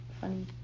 funny